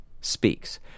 speaks